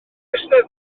eisteddfod